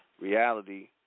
reality